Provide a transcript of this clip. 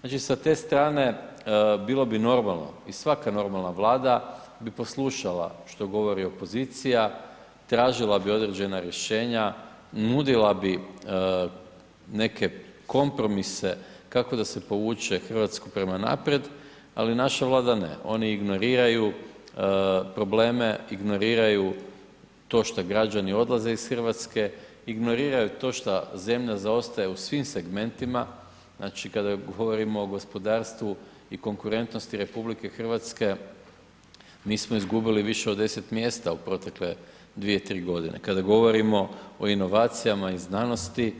Znači sa te strane bilo bi normalno i svaka normalna Vlada bi poslušala što govori opozicija, tražila bi određena rješenja, nudila bi neke kompromise kako da se povuče Hrvatsku prema naprijed ali naša Vlada ne, oni ignoriraju probleme, ignoriraju to šta građani odlaze iz Hrvatske, ignoriraju to šta zemlja zaostaje u svim segmentima, znači kada govorimo o gospodarstvu u konkurentnosti RH, mi smo izgubili više od 10 mjesta u protekle 2, 3 g. Kada govorimo o inovacijama i znanosti,